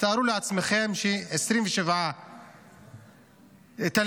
תארו לעצמכם ש-27 תלמידים